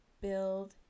build